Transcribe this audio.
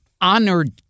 honored